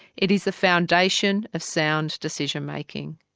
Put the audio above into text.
it is the foundation of sound decision-making.